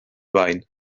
blaen